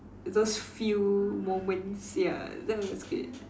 those few moments ya that was good